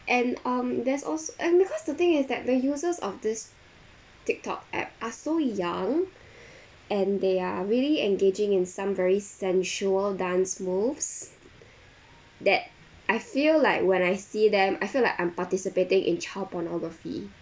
and um there's als~ and because the thing is that the users of this Tiktok app are so young and they are really engaging in some very sensual dance moves that I feel like when I see them I feel like I'm participating in child pornography